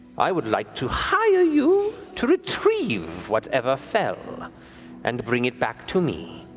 i would like to hire you to retrieve whatever fell and bring it back to me.